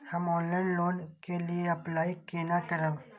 हम online loan के लिए अप्लाई केना करब?